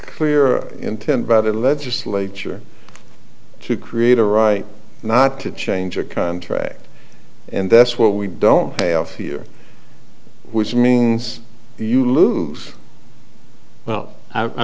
clear intent by the legislature to create a right not to change a contract and that's what we don't pay off here which means you lose well i